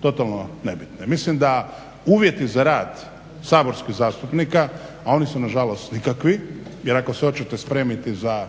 totalno nebitne. Mislim da uvjeti za rad saborskih zastupnika, a oni su na žalost nikakvi, jer ako se hoćete spremiti za